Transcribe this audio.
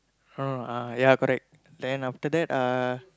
uh ya correct then after that uh